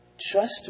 Trust